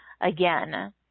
again